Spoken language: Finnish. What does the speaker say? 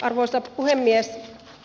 arvoisa puhemies